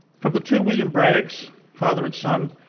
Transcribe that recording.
from the two william braggs, father and son,